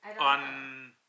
on